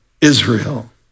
Israel